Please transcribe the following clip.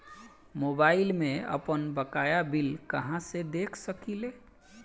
Mobile में आपनबकाया bill कहाँसे देख सकिले?